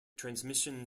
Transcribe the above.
transmission